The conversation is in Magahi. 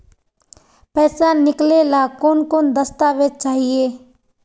पैसा निकले ला कौन कौन दस्तावेज चाहिए?